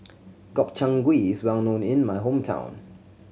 Gobchang Gui is well known in my hometown